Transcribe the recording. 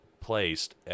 placed